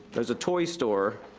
there's a toy store,